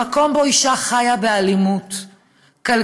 במקום שבו אישה חיה באלימות כלכלית,